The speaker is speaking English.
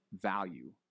value